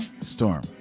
Storm